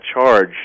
charge